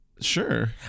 Sure